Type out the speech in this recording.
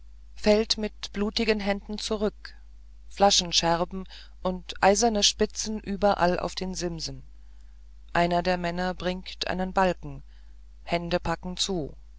fällt mit blutigen händen zurück flaschenscherben und eiserne spitzen überall auf den simsen einer der männer bringt einen balken hände packen zu